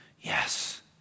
yes